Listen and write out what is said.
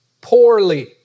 Poorly